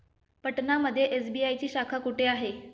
पटना मध्ये एस.बी.आय ची शाखा कुठे आहे?